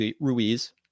Ruiz